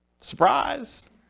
Surprise